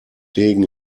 degen